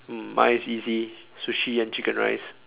um mine's easy sushi and chicken rice